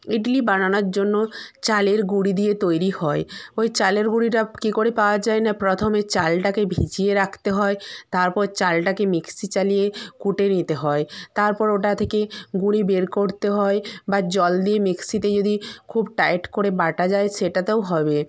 ইডলি বানানোর জন্য চালের গুঁড়ো দিয়ে তৈরি হয় ওই চালের গুঁড়োটা কি করে পাওয়া যায় না প্রথমে চালটাকে ভিজিয়ে রাখতে হয় তারপর চালটাকে মিক্সি চালিয়ে কুটে নিতে হয় তারপর ওটা থেকে গুঁড়ো বের করতে হয় বা জল দিয়ে মিক্সিতে যদি খুব টাইট করে বাটা যায় সেটাতেও হবে